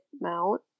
mount